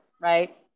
right